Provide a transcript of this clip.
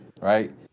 right